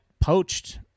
poached